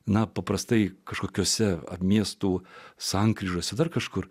na paprastai kažkokiose ar miestų sankryžose dar kažkur